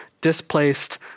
displaced